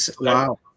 Wow